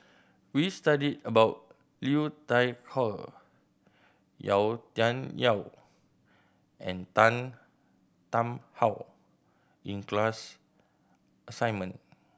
we studied about Liu Thai Ker Yau Tian Yau and Tan Tarn How in class assignment